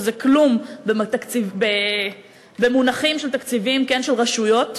שזה כלום במונחים של תקציבים של רשויות,